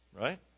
right